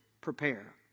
prepare